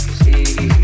see